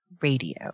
Radio